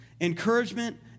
encouragement